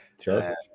Sure